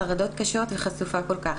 חרדות קשות וחשופה כל כך.